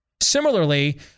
Similarly